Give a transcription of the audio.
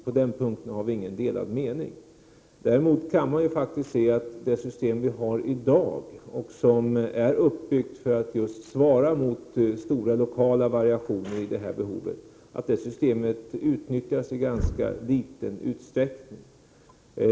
På den punkten har vi inte delade meningar. Däremot kan man faktiskt se att det system som vi har i dag och som är uppbyggt för att svara mot stora lokala variationer i behovet utnyttjas i ganska liten utsträckning.